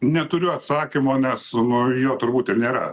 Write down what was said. neturiu atsakymo nes nu jo turbūt ir nėra